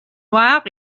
noir